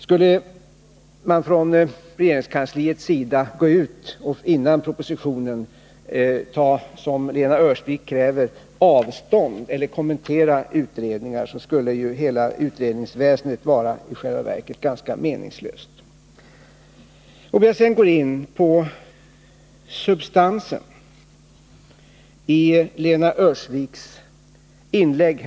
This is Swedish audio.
Skulle man från regeringskansliets sida innan propositionen framläggs gå ut och — som Lena Öhrsvik kräver — ta avstånd från eller kommentera utredningar, skulle hela utredningsväsendet i själva verket vara ganska meningslöst. Jag går sedan in på substansen i Lena Öhrsviks inlägg.